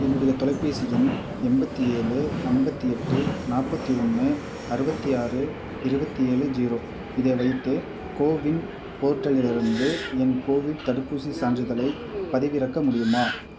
என்னுடைய தொலைபேசி எண் எண்பத்தி ஏழு ஐம்பத்தி எட்டு நாற்பத்தி ஒன்று அறுபத்தி ஆறு இருபத்தி ஏழு ஜீரோ இதை வைத்து கோவின் போர்ட்டலிலிருந்து என் கோவிட் தடுப்பூசி சான்றிதழை பதிவிறக்க முடியுமா